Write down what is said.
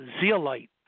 zeolite